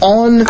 on